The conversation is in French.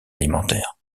alimentaire